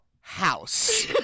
House